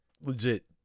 legit